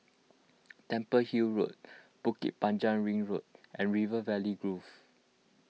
Temple Hill Road Bukit Panjang Ring Road and River Valley Grove